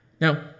Now